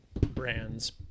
brands